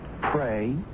pray